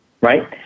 right